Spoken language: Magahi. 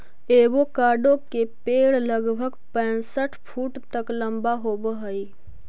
एवोकाडो के पेड़ लगभग पैंसठ फुट तक लंबा होब हई